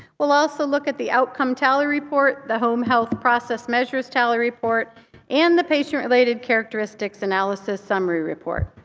we'll also look at the outcome tally report, the home health process measures tally report and the patient-related characteristics analysis summary report.